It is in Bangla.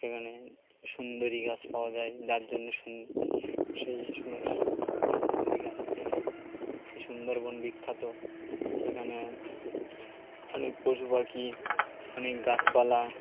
সেখানে সুন্দরী গাছ পাওয়া যায় যার জন্যে স সেই সুন্দরী গাছের জন্য সুন্দরবন বিখ্যাত সেখানে অনেক পশু পাখি অনেক গাছপালা